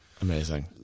Amazing